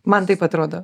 man taip atrodo